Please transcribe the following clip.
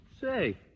Say